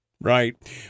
Right